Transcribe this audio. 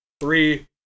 Three